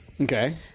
okay